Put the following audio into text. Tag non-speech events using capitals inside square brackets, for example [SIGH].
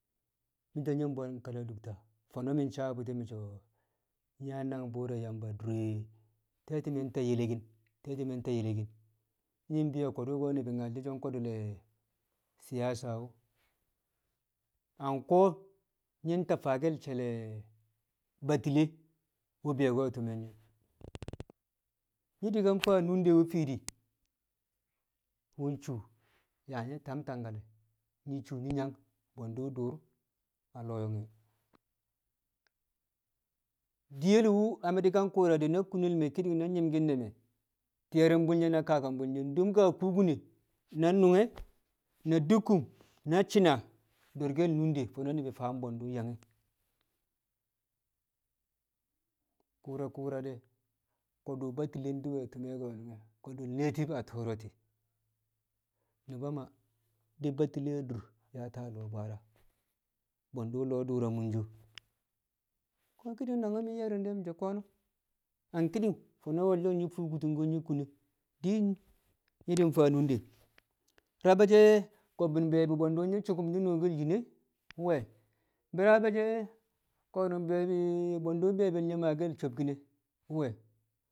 nyi̱ bwang kala lu̱tta fo̱no̱ mi̱ sabo̱bu̱ti̱ mu̱ so̱ nyi̱ yang nangbu̱u̱r re̱ Yamba a dure te̱ti̱me̱ nta yelekin, te̱ti̱me̱ ta yelekin nyi̱ bi̱yo̱ ko̱du̱ ni̱bi̱ myal so̱ ko̱du le siyasa a ko̱ nyi̱ ta faake̱l she̱l Batile wu̱ bi̱yo̱ko̱ a ti̱me̱l nye̱, [NOISE] Nyi̱ kan faa nunde wu̱ fiidi nshuu yaa nyi̱ tab Tangkale̱ nyi̱ shuu nyi̱ yang bwe̱ndu̱ dur a lo̱o̱ yonge̱. Diyel wu̱ na mi̱ ka ku̱u̱ra na kunel mi̱ ki̱ni̱ng na nyi̱mki̱n ne̱ me̱ ti̱ye̱ru̱mbu̱l na kakambu̱l nye̱ dum ka kubine na nunge̱ na dukkum na shina do̱r nunde ni̱bi̱ faam bwe̱ndu̱ yange̱. Ƙu̱u̱ra ku̱u̱ra de̱ ko̱du̱ Batile diwe ti̱me̱ ko̱nu̱n o̱ ko̱du̱l Native Authority nu̱ba Maa de Batile dur yaata lo̱o̱ Bwaara bwe̱ndu̱ lo̱o̱ dur a munsho ko̱ ki̱ni̱ng nangwu̱ mi̱ ye̱rni̱n de̱ mi̱ so̱ ko̱nu̱n a ki̱ni̱ng fo̱no̱ wolyong nyi̱ fu̱ku̱ti̱ngki̱n nyi̱ kune din nyi̱ mfaa nunde, rab e̱ she̱ kobbin bwe̱ndu̱ nyi̱ sukum nyi̱ nookel yin ne̱ nwe̱, bi̱raabe̱ she̱ ko̱no̱ be̱e̱bi̱ bwe̱ndu̱ be̱e̱ be̱e̱bi̱l nye̱ maake̱l sobkin ne̱ nwe̱